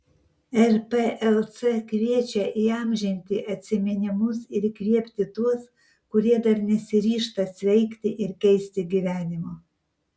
rplc kviečia įamžinti atsiminimus ir įkvėpti tuos kurie dar nesiryžta sveikti ir keisti gyvenimo